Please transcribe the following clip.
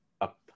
up